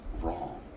wrong